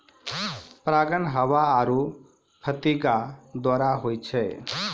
परागण हवा आरु फतीगा द्वारा होय छै